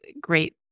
great